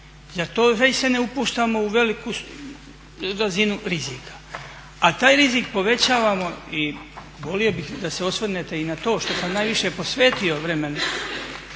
… zaista ne upuštamo u veliku razinu rizika. A taj rizik povećavamo i volio bih da se osvrnete i na to što sam najviše posvetio vremena,